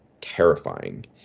terrifying